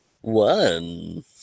One